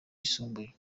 yisumbuye